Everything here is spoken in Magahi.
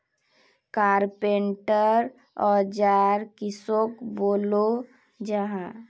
कारपेंटर औजार किसोक बोलो जाहा?